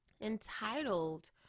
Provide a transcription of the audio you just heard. entitled